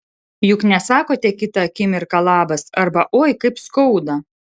juk nesakote kitą akimirką labas arba oi kaip skauda